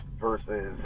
versus